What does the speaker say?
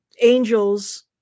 angels